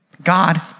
God